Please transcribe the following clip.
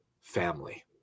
family